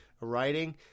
writing